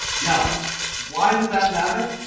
now why does that matter?